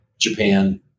Japan